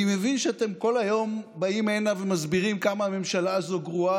אני מבין שאתם כל היום באים הנה ומסבירים כמה הממשלה הזאת גרועה.